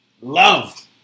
love